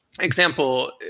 example